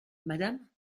madame